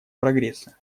прогресса